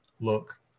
look